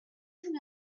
vous